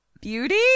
beauty